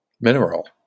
mineral